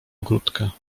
ogródka